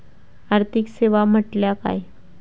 आर्थिक सेवा म्हटल्या काय?